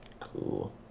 Cool